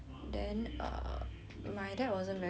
my dad wasn't very favourable cause like